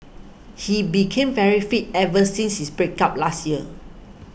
he became very fit ever since his break up last year